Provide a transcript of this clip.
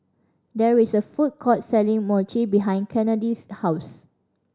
there is a food court selling Mochi behind Kennedi's house